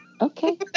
Okay